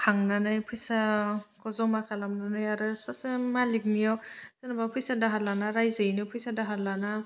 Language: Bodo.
थांनानै फैसाखौ जमा खालामनानै आरो सासे मालिकनियाव जेनबा फैसा दाहार लाना रायजोयैनो फैसा दाहार लाना